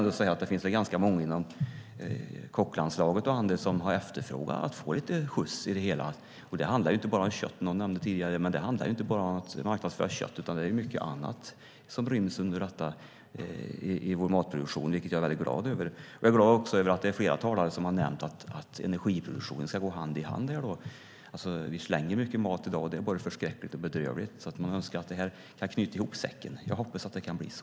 Det finns ganska många inom Kocklandslaget och andra som har efterfrågat att få lite skjuts i det hela. Det handlar inte bara om att marknadsföra kött, som någon nämnde tidigare. Det är mycket annat som ryms under detta i vår matproduktion, vilket jag är väldigt glad över. Jag är också glad över att det är flera talare som har nämnt att energiproduktionen ska gå hand i hand här. Vi slänger i dag mycket mat. Det är förskräckligt och bedrövligt. Man önskar att detta kan knyta ihop säcken. Jag hoppas att det kan bli så.